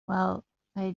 well—i